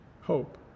hope